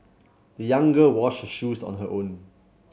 the young girl washed her shoes on her own